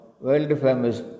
world-famous